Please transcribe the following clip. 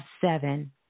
seven